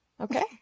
Okay